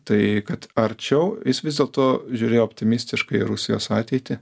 tai kad arčiau jis vis dėlto žiūrėjo optimistiškai rusijos ateitį